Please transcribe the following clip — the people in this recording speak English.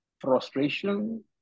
frustration